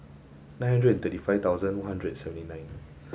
nine hundred thirty five thousand one hundred seventy nine